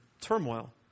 turmoil